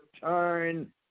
turn